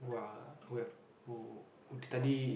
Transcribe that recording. who are who have who did study in